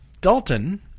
Dalton